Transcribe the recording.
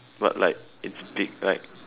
but like it's dig like